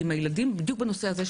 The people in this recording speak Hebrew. בדיוק בנושא הזה,